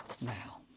now